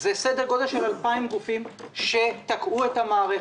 זה סדר גודל של 2,000 גופים שתקעו את המערכת.